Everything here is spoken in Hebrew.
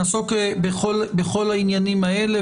נעסוק בכל העניינים האלה,